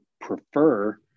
prefer